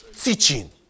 Teaching